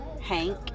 Hank